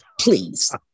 Please